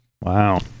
Wow